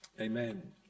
Amen